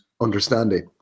understanding